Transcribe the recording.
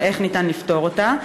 ואיך ניתן לפתור אותה?